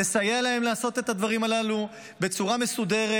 נסייע להם לעשות את הדברים הללו בצורה מסודרת,